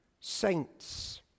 saints